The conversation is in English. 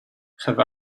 have